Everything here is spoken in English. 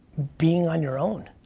being on your own,